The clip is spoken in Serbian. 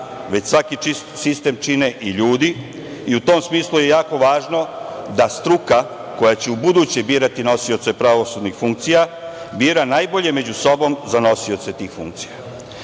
već svaki sistem čine i ljudi. U tom smislu je jako važno da struka koja će ubuduće birati nosioce pravosudnih funkcija bira najbolje među sobom za nosioce tih funkcija. Tek